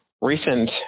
recent